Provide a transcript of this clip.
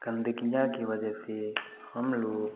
गंदगियाँ कि वजह से हम लोग